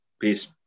Peace